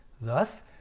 Thus